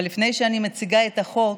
אבל לפני שאני מציגה את החוק,